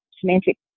Semantic